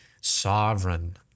sovereign